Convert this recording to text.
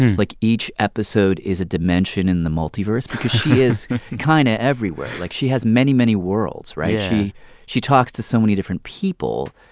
like, each episode is a dimension in the multiverse. because she is kind of everywhere. like, she has many, many worlds, right? yeah she talks to so many different people.